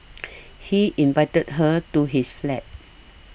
he invited her to his flat